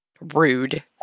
Rude